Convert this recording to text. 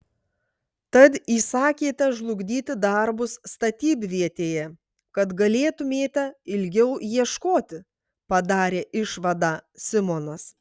tad įsakėte žlugdyti darbus statybvietėje kad galėtumėte ilgiau ieškoti padarė išvadą simonas